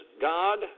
God